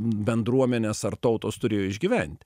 bendruomenės ar tautos turėjo išgyventi